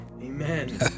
Amen